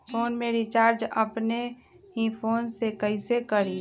Phone में recharge अपने ही फ़ोन से कईसे करी?